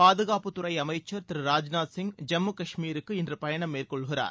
பாதுகாப்புத் துறை அமைச்சர் திரு ராஜ்நாத் சிங் ஜம்மு காஷ்மீருக்கு இன்று பயணம் மேற்கொள்கிறார்